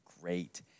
great